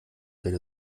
keine